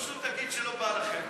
פשוט תגיד שלא בא לכם.